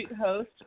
host